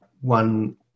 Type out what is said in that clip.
one